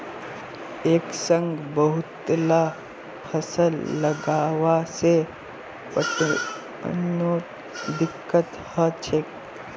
एक संग बहुतला फसल लगावा से पटवनोत दिक्कत ह छेक